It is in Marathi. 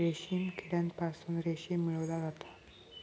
रेशीम किड्यांपासून रेशीम मिळवला जाता